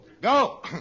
Go